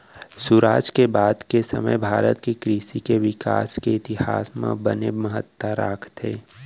सुराज के बाद के समे भारत के कृसि के बिकास के इतिहास म बने महत्ता राखथे